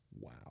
Wow